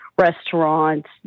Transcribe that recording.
Restaurants